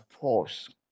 force